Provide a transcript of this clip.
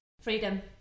Freedom